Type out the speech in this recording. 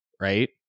right